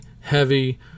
heavy